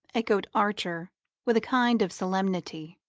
echoed archer with a kind of solemnity.